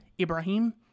Ibrahim